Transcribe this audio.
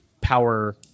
power